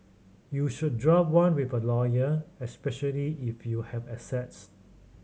you should draft one with a lawyer especially if you have assets